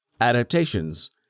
adaptations